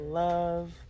love